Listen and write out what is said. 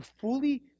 fully